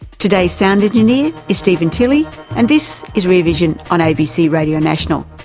today's sound engineer is steven tilley and this is rear vision on abc radio national.